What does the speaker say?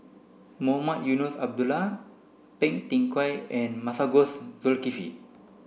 Mohamed Eunos Abdullah Phua Thin Kiay and Masagos Zulkifli